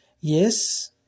yes